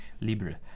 libre